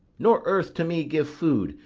nor earth to me give food,